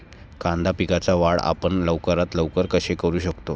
कांदा पिकाची वाढ आपण लवकरात लवकर कशी करू शकतो?